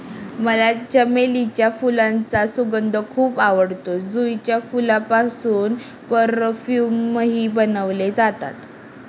मला चमेलीच्या फुलांचा सुगंध खूप आवडतो, जुईच्या फुलांपासून परफ्यूमही बनवले जातात